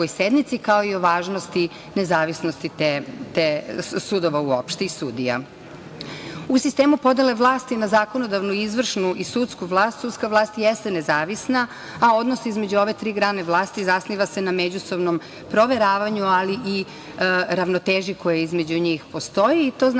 kao i o važnosti nezavisnosti sudova u opšte i sudija.U sistemu podele vlasti na zakonodavnu, izvršnu i sudsku vlast, sudska vlast jeste nezavisna, a odnos između ove tri grane vlasti zasniva se na međusobnom proveravanju, ali i ravnoteži koja između postoji. To znači